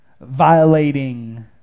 violating